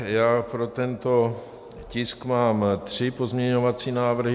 Já pro tento tisk mám tři pozměňovací návrhy.